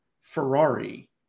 Ferrari